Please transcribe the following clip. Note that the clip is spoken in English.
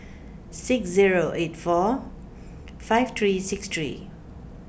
six zero eight four five three six three